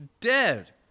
dead